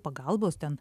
pagalbos ten